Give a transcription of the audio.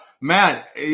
matt